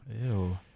Ew